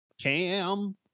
cam